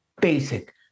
basic